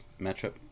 matchup